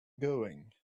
going